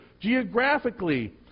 Geographically